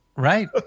Right